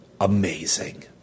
amazing